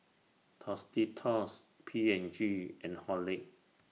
Tostitos P and G and Horlicks